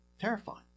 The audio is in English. Terrifying